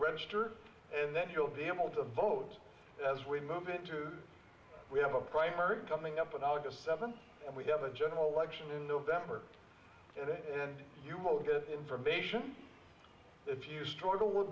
register and then you'll be able to vote as we move into we have a primary coming up on august seventh and we have a general election in november and you will get information if you struggle